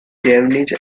javanese